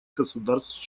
государств